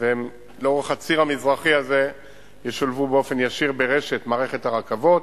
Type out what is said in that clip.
והם לאורך הציר המזרחי הזה ישולבו באופן ישיר ברשת מערכת הרכבות.